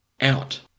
out